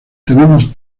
tenemos